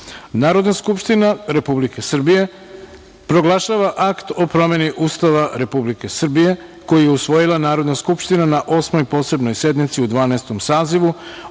Narodna skupština Republike Srbije proglašava Akt o promeni Ustava Republike Srbije koji je usvojila Narodna skupština na Osmoj posebnoj sednici u Dvanaestom